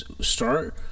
start